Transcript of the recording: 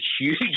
huge